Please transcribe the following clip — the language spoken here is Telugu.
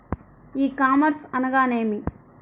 ఈ కామర్స్ అనగానేమి?